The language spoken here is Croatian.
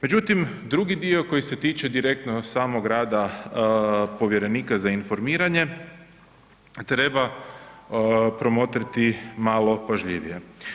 Međutim, drugi dio koji se tiče direktno samog rada povjerenika za informiranje treba promotriti malo pažljivije.